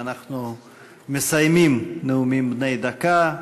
ואנחנו מסיימים נאומים בני דקה.